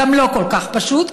זה גם לא כל כך פשוט,